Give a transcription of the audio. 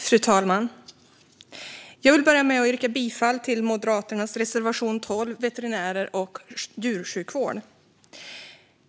Fru talman! Jag yrkar bifall till Moderaternas reservation 19, Veterinärer och djursjukvård.